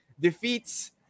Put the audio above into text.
defeats